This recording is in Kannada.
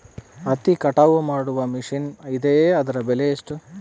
ಹತ್ತಿ ಕಟಾವು ಮಾಡುವ ಮಿಷನ್ ಇದೆಯೇ ಅದರ ಬೆಲೆ ಎಷ್ಟು?